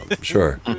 sure